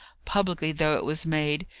publicly though it was made,